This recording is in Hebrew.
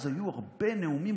אז היו הרבה נאומים